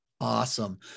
Awesome